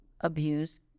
abuse